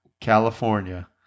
California